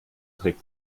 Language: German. trick